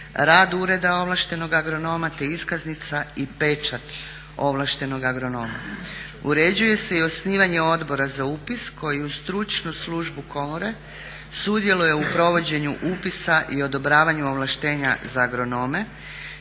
rad ureda ovlaštenog agronoma, te iskaznica i pečat ovlaštenog agronoma. Uređuje se i osnivanje odbora za upis koji uz stručnu službu komore sudjeluje u provođenju upisa i odobravanju ovlaštenja za agronome